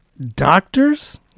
doctors